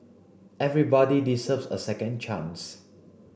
everybody deserves a second chance